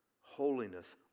holiness